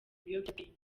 ibiyobyabwenge